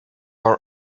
our